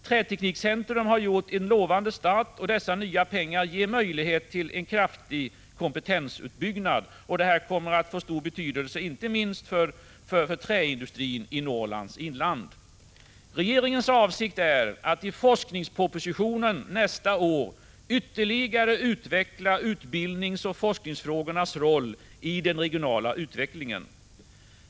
Träteknikcentrum har gjort en lovande start, och dessa nya pengar ger möjlighet till en kraftig kompetensuppbyggnad. Satsningen kommer att få stor betydelse inte minst för träindustrin i Norrlands inland. Regeringens avsikt är att i forskningspropositionen nästa år ytterligare utveckla utbildningsoch forskningsfrågornas roll i den regionala utvecklingen.